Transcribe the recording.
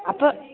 അപ്പം